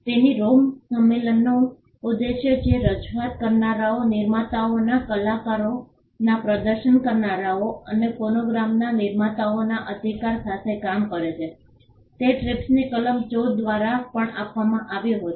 તેથી રોમ સંમેલનનો ઉદ્દેશ્ય જે રજૂઆત કરનારાઓ નિર્માતાઓના કલાકારોના પ્રદર્શન કરનારાઓ અને ફોનોગ્રામના નિર્માતાઓના અધિકાર સાથે કામ કરે છે તે ટ્રીપ્સની કલમ 14 દ્વારા પણ લાવવામાં આવ્યો હતો